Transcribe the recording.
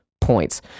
points